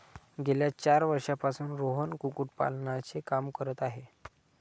गेल्या चार वर्षांपासून रोहन कुक्कुटपालनाचे काम करत आहे